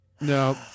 No